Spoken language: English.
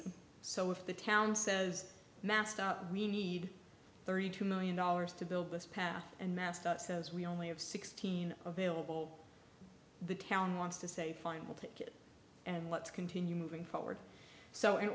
so if the town says master we need thirty two million dollars to build this path and master says we only have sixteen available the town wants to say final ticket and let's continue moving forward so in